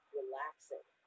relaxing